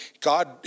God